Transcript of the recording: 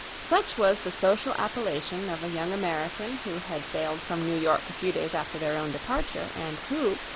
such was the social appellation of a young american who had sailed from new york a few days after their own departure, and who,